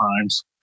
times